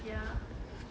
ya